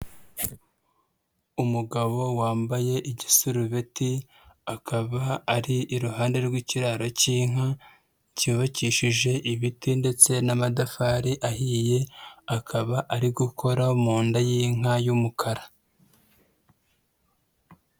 Umugabo wambaye igisurubeti, akaba ari iruhande rw'ikiraro cy'inka, cyubakishije ibiti ndetse n'amatafari ahiye, akaba ari gukora mu nda y'inka y'umukara.